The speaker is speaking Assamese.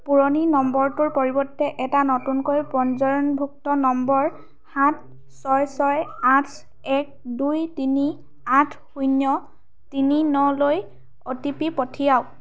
পুৰণি নম্বৰটোৰ পৰিৱৰ্তে এটা নতুনকৈ পঞ্জিয়নভুক্ত নম্বৰ সাত ছয় ছয় আঠ এক দুই তিনি আঠ শূন্য তিনি নলৈ অ'টিপি পঠিয়াওক